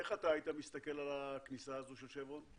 איך אתה היית מסתכל על הכניסה הזו של שברון?